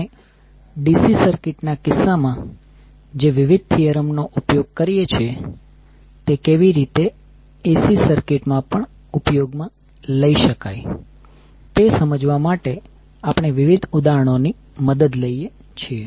આપણે DC circuit ના કિસ્સામાં જે વિવિધ થીયરમ નો ઉપયોગ કરીએ છીએ તે કેવી રીતે AC સર્કીટ માં પણ ઉપયોગમાં લઈ શકાય છે તે સમજવા માટે આપણે વિવિધ ઉદાહરણો ની મદદ લઈએ છીએ